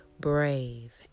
brave